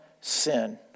sin